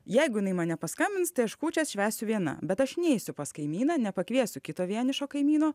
jeigu jinai man nepaskambins tai aš kūčias švęsiu viena bet aš neisiu pas kaimyną nepakviesiu kito vienišo kaimyno